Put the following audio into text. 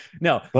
No